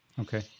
Okay